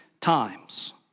times